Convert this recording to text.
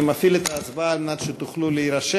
אני מפעיל את ההצבעה על מנת שתוכלו להירשם.